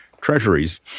treasuries